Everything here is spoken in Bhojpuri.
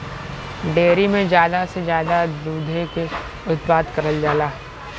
डेयरी में जादा से जादा दुधे के उत्पादन करल जाला